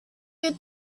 you